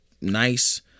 nice